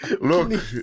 Look